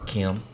Kim